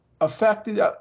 affected